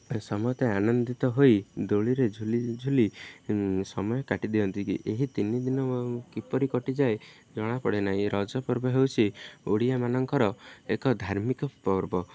ସମସ୍ତେ ଆନନ୍ଦିତ ହୋଇ ଦୋଳିରେ ଝୁଲି ଝୁଲି ସମୟ କାଟିଦିଅନ୍ତି ଏହି ତିନି ଦିନ କିପରି କଟିଯାଏ ଜଣାପଡ଼େ ନାହିଁ ରଜ ପର୍ବ ହେଉଛି ଓଡ଼ିଆମାନଙ୍କର ଏକ ଧାର୍ମିକ ପର୍ବ